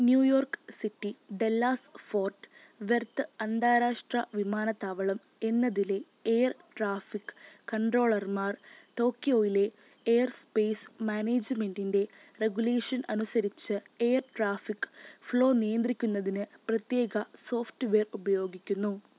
New York City Dallas Fort Worth അന്താരാഷ്ട്ര വിമാനത്താവളം എന്നതിലേ എ യർ ട്രാഫിക് കൺട്രോളർമാർ ടോക്ക്യോയിലെ എയർസ്പേസ് മാനേജ്മെൻറ്റിൻറ്റെ റെഗുലേഷൻ അനുസരിച്ച് എയർ ട്രാഫിക് ഫ്ലോ നിയന്ത്രിക്കുന്നതിന് പ്രത്യേക സോഫ്റ്റ്വെയർ ഉപയോഗിക്കുന്നു